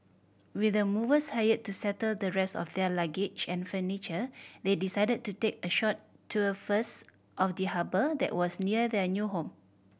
with the movers hired to settle the rest of their luggage and furniture they decided to take a short tour first of the harbour that was near their new home